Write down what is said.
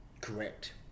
Correct